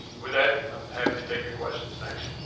with that, i'm happy to take your questions. thanks.